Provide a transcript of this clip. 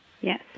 Yes